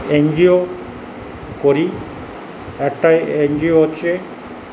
NGO করি একটা NGO হচ্ছে